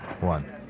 One